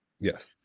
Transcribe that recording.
Yes